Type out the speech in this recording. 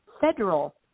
federal